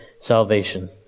salvation